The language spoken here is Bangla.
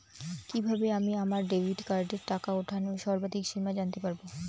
কিভাবে আমি আমার ডেবিট কার্ডের টাকা ওঠানোর সর্বাধিক সীমা জানতে পারব?